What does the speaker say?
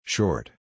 Short